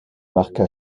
marqua